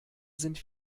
sind